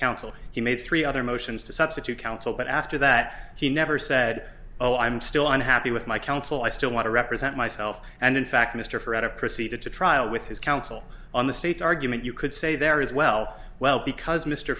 counsel he made three other motions to substitute counsel but after that he never said oh i'm still unhappy with my counsel i still want to represent myself and in fact mr forever proceeded to trial with his counsel on the state's argument you could say there is well well because mr